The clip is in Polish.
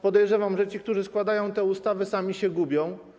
Podejrzewam, że ci, którzy składają te ustawy sami się gubią.